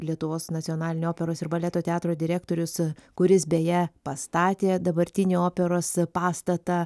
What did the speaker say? lietuvos nacionalinio operos ir baleto teatro direktorius kuris beje pastatė dabartinį operos pastatą